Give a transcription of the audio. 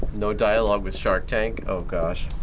no dialogue with shark tank? oh gosh.